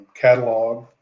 catalog